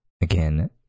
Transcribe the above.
again